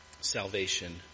Salvation